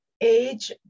age